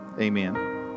Amen